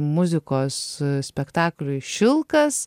muzikos spektakliui šilkas